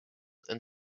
and